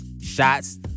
shots